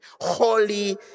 Holy